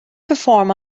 perform